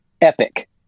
epic